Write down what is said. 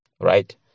right